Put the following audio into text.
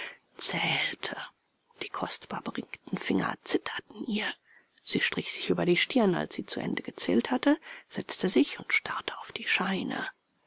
zählte die kostbar beringten finger zitterten ihr sie strich sich über die stirn als sie zu ende gezählt hatte setzte sich und starrte auf die scheine